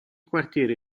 quartiere